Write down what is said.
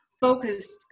focused